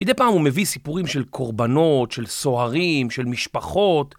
מידי פעם הוא מביא סיפורים של קורבנות, של סוהרים, של משפחות.